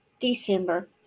December